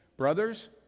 Brothers